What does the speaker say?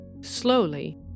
slowly